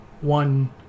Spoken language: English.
one